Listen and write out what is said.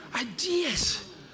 Ideas